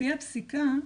לפי הפסיקה,